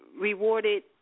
rewarded